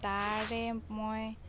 তাৰে মই